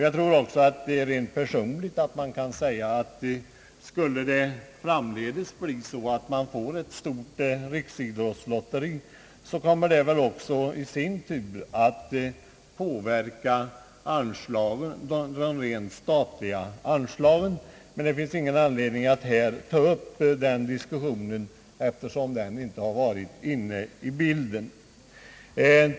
Jag tror personligen att om man i framtiden skulle få ett stort riksidrottslotteri, kommer det i sin tur att påverka de rent statliga anslagen. Men det finns ingen anledning att här ta upp den diskussionen, eftersom den inte har varit med i bilden.